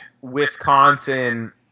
Wisconsin